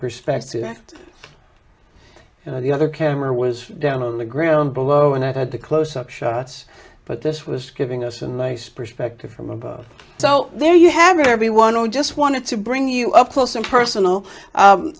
perspective and you know the other camera was down on the ground below and i had to close up shots but this was giving us a nice perspective from above so there you have everyone who just wanted to bring you up close and personal